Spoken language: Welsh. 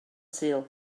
sul